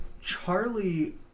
Charlie